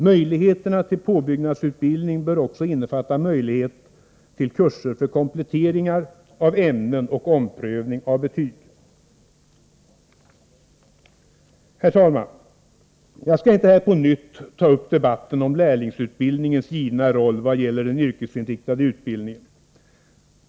Möjligheterna till påbyggnadsutbildning bör också innefatta möjlighet till kurser för kompletteringar av ämnen och omprövning av betyg. Herr talman! Jag skall här inte på nytt ta upp debatten om lärlingsutbildningens givna roll för den yrkesinriktade utbildningen.